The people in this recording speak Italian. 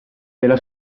della